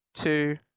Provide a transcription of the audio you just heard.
Two